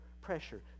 pressure